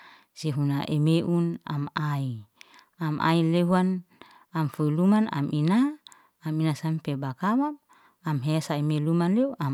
Si huna emeun, am ai am ai lewan, am fuluman am ina, am ina sampe bakawa, am hesa ema luman lew am.